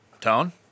tone